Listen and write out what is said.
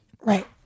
Right